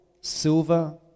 silver